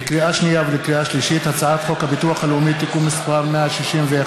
לקריאה שנייה ולקריאה שלישית: הצעת חוק הביטוח הלאומי (תיקון מס' 161),